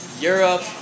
Europe